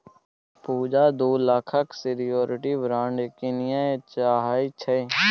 पुजा दु लाखक security bond कीनय चाहै छै